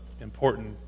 important